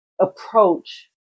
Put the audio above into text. approach